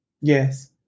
Yes